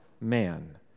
man